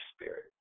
Spirit